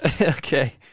Okay